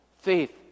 faith